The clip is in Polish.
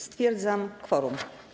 Stwierdzam kworum.